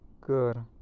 good